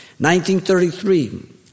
1933